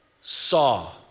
saw